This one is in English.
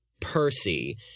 Percy